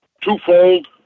twofold